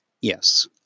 Yes